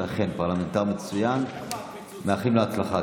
אכן פרלמנטר מצוין, מאחלים לו הצלחה.